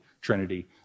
trinity